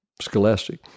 Scholastic